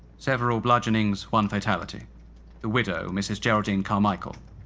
several bludgeonings, one fatality the widow, mrs geraldine carmichael,